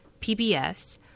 PBS